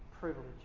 privilege